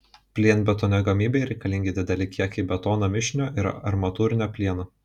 plienbetonio gamybai reikalingi dideli kiekiai betono mišinio ir armatūrinio plieno